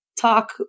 talk